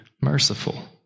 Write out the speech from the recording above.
merciful